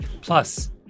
Plus